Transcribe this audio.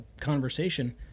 conversation